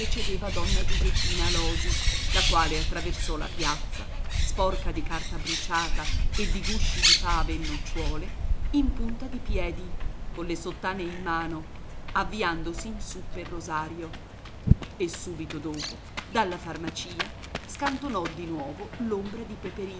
precedeva donna giuseppina alòsi la quale attraversò la piazza sporca di carta bruciata e di gusci di fave e nocciuole in punta di piedi colle sottane in mano avviandosi in su pel rosario e subito dopo dalla farmacia scantonò di nuovo l'ombra di